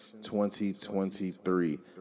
2023